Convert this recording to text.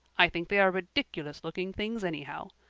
i think they are ridiculous-looking things anyhow.